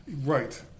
Right